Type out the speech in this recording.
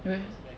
有 meh